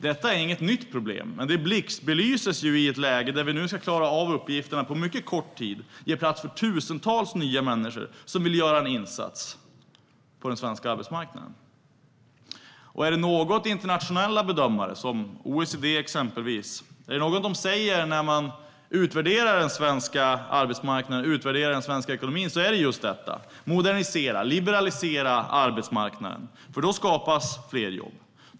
Detta är inget nytt problem, men det blixtbelyses i ett läge där vi nu ska klara av uppgifterna på mycket kort tid och ge plats för tusentals nya människor som vill göra en insats på den svenska arbetsmarknaden. Är det något som internationella bedömare, till exempel OECD, säger när de utvärderar den svenska arbetsmarknaden och den svenska ekonomin så är det att modernisera och liberalisera arbetsmarknaden. Då skapas fler jobb.